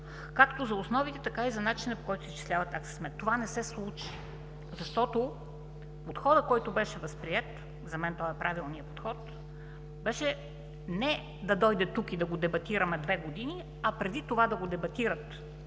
както за основите, така и за начина, по който се изчислява такса смет. Това не се случи, защото подходът, който беше възприет, за мен той е правилният подход, беше не да дойде тук и да го дебатираме две години, а преди това да го дебатират